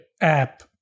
app